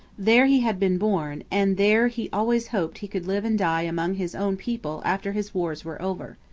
there he had been born, and there he always hoped he could live and die among his own people after his wars were over.